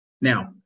Now